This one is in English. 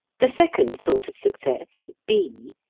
the second sort of success, b,